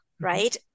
Right